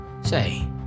Say